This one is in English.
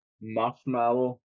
marshmallow